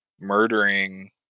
murdering